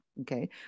Okay